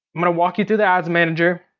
i'm gonna walk you through the ads manager,